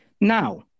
Now